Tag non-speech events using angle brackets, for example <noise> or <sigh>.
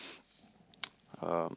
<noise> um